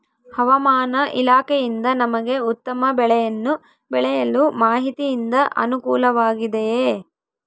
ಹವಮಾನ ಇಲಾಖೆಯಿಂದ ನಮಗೆ ಉತ್ತಮ ಬೆಳೆಯನ್ನು ಬೆಳೆಯಲು ಮಾಹಿತಿಯಿಂದ ಅನುಕೂಲವಾಗಿದೆಯೆ?